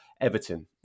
Everton